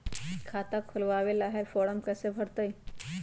खाता खोलबाबे ला फरम कैसे भरतई?